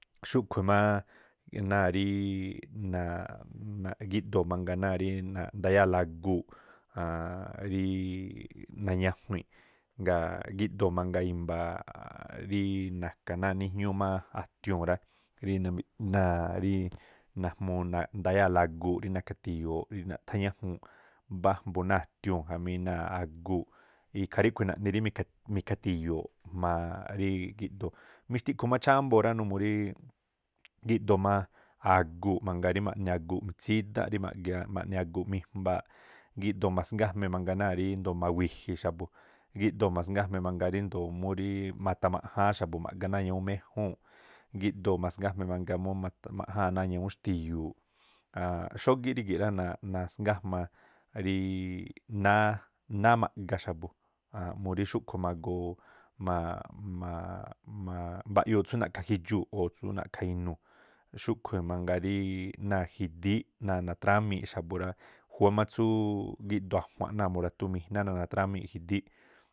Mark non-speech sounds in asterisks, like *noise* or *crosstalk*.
Xúꞌkhui̱ má náa̱ rííꞌ *hesitation* gíꞌdóo̱ mangaa náa̱ ndayáa̱la aguu̱ꞌ, *hesitation* rí nañajuii̱nꞌ, ngaa̱ gíꞌdoo̱ mangaa imba̱a̱ꞌ rí na̱ka̱ náa̱ níjñúú má a̱tiuu̱n rá, rí *hesitation* náa̱ꞌ riiꞌ najmúú ndayaa̱la aguu̱ rí nakhati̱yo̱o̱ꞌ rí naꞌthá ñájúu̱nꞌ mbájmbu náa̱ a̱tiuu̱n jamí náa̱ aguu̱ꞌ ikhaa ríꞌkhui̱ naꞌni rí mi̱kha- mi̱khati̱yo̱o̱ꞌ- maaꞌ- rí- gíꞌdoo̱. Mixtiꞌkhuu má chámbo̱o̱ rá numuu rí gíꞌdoo má aguu̱ mangaa rí ma̱ꞌni aguu̱ꞌ mitsídánꞌ rí ma̱ꞌgea ma̱ꞌni aguu̱ꞌ mijmbaaꞌ gíꞌdoo masgájme mangaa náa̱ ndoo̱ rí ma̱wi̱ji̱ xa̱bu̱, gíꞌdoo masgájme ríndoo̱ múríí ma̱tamaꞌjáán xa̱bu̱ ma̱ꞌga náa̱ ñawúu̱n méjúu̱nꞌ, gíꞌdoo masgájme mangaa mú ma̱tamaꞌjáa̱n náa̱ ñawún xti̱yu̱u̱ꞌ *hesitation* xógíꞌ rígi̱ꞌ rá naaꞌ- nasngájma- rííꞌ náa̱ ma̱ꞌga xa̱bu̱ murí xúꞌkhu̱ magoo *hesitation* mba̱ꞌyoo tsú na̱ꞌkha̱ jidxuu̱ꞌ o tsú na̱ꞌkha̱ inuu̱, xúꞌkhui̱ mangaa rí náa̱ jidííꞌ náa̱ natrámiiꞌ xa̱bu̱ rá, júwá má tsúúꞌ gíꞌdoo a̱jua̱nꞌ náa̱ mura̱tumijná náa̱ natrámii̱ jidííꞌ.